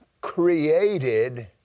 created